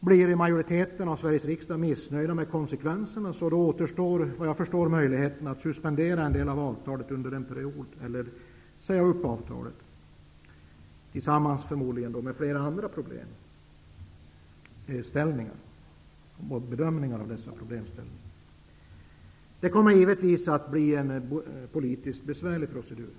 Blir majoriteten i Sveriges riksdag missnöjd med konsekvenserna återstår, såvitt jag förstår, möjligheten att suspendera en del av avtalet under en period eller att säga upp avtalet. Det här kommer naturligtvis att bli en politiskt besvärlig procedur.